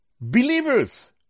believers